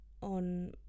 on